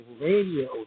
radio